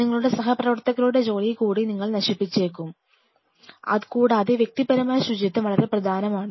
നിങ്ങളുടെ സഹപ്രവർത്തകരുടെ ജോലി കൂടി നിങ്ങൾ നശിപ്പിച്ചേക്കാം കൂടാതെ വ്യക്തിപരമായ ശുചിത്വം വളരെ പ്രധാനമാണ്